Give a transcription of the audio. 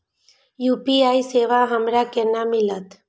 UPI सेवा हमरो केना मिलते?